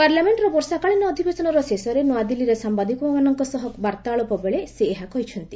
ପାର୍ଲ୍ୟାମେଷ୍ଟର ବର୍ଷକାଳୀନ ଅଧିବେଶସନର ଶେଷରେ ନୂଆଦିଲ୍ଲୀରେ ସାମ୍ଭାଦିକମାନଙ୍କ ସହ ବାର୍ତ୍ତାଳାପ ବେଳେ ସେ ଏହା କହିଛନ୍ତି